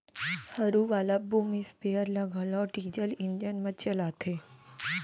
हरू वाला boom sprayer ल घलौ डीजल इंजन म चलाथें